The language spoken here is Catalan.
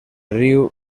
riu